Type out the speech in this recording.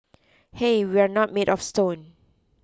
hey we're not made of stone